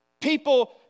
People